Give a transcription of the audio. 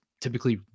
typically